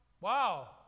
wow